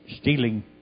stealing